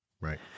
Right